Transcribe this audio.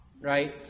right